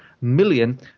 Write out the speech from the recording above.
million